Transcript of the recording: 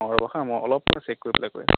অঁ ৰখা মই অলপ পৰ চেক কৰি পেলাই কৈ আছোঁ